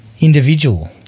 individual